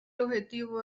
objetivo